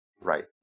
Right